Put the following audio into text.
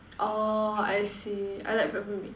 orh I see I like Peppermint